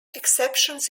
exceptions